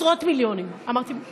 עשרות מיליונים, נכון.